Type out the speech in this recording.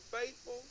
faithful